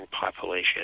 population